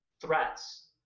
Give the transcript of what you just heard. threats